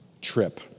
trip